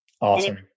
awesome